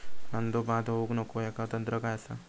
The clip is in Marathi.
कांदो बाद होऊक नको ह्याका तंत्र काय असा?